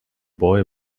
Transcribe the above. boy